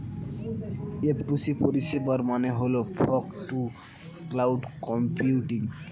F two C পরিষেবার মানে হল ফগ টু ক্লাউড কম্পিউটিং